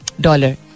dollar